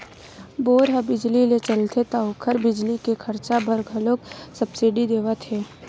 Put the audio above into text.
bore ह बिजली ले चलथे त ओखर बिजली के खरचा बर घलोक सब्सिडी देवत हे